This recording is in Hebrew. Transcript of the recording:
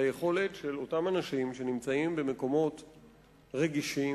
על היכולת של אותם אנשים שנמצאים במקומות רגישים,